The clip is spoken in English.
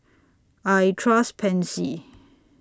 I Trust Pansy